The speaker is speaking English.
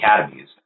academies